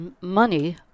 money